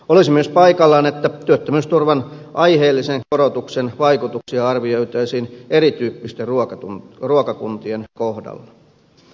olisi myös paikallaan että työttömyysturvan aiheellisen korotuksen vaikutuksia arvioitaisiin erityyppisten ruokakuntien kohdalla